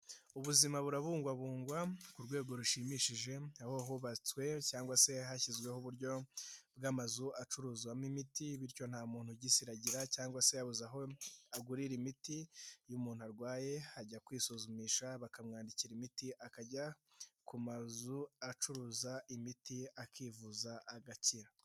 Ubuzima burabungwabungwa ku rwego rushimishije aho hubatswe cyangwa se hashyizweho uburyo bw'amazu acuruzwamo imiti bityo nta muntu ugisiragira cyangwa se yabuze aho agurira imiti, iyo umuntu arwaye ajya kwisuzumisha bakamwandikira imiti akajya ku mazu acuruza imiti akivuza agakira.